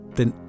den